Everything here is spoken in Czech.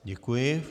Děkuji.